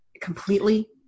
completely